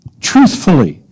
Truthfully